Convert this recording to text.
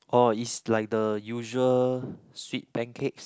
oh it's like the usual sweet pancakes